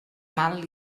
mal